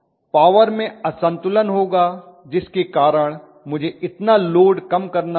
power में असंतुलन होगा जिसके कारण मुझे इतना लोड कम करना होगा